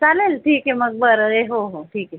चालेल ठीक आहे मग बरं आहे हो हो ठीके